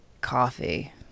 coffee